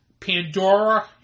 Pandora